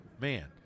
Man